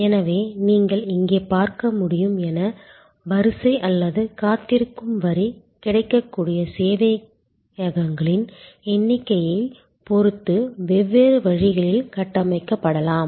எனவே நீங்கள் இங்கே பார்க்க முடியும் என வரிசை அல்லது காத்திருக்கும் வரி கிடைக்கக்கூடிய சேவையகங்களின் எண்ணிக்கையைப் பொறுத்து வெவ்வேறு வழிகளில் கட்டமைக்கப்படலாம்